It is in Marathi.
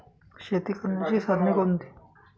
शेती करण्याची साधने कोणती?